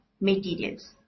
materials